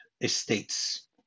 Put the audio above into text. Estates